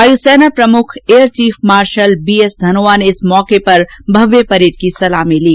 वायुसेना प्रमुख air chief marshal B S Dhanoa ने इस मौके पर भव्य परेड की सलामी ली